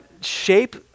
shape